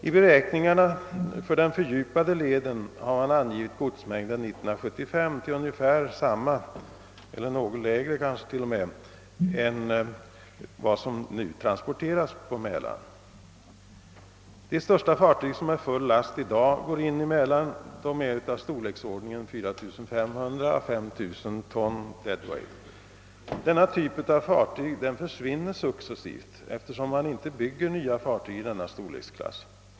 I beräkningarna för den fördjupade leden har man angivit godsmängden för år 1975 till ungefär densamma som nu transporteras på Mälaren eller möjligen något mindre. De största fartyg som med full last i dag går in i Mälaren är av storleksordningen 4500 å 5000 ton deadweight. Denna typ av fartyg försvinner successivt eftersom man inte bygger nya fartyg i denna storleksklass.